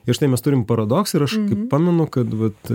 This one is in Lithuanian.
ir štai mes turim paradoksą ir aš pamenu kad vat